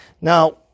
Now